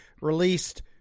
released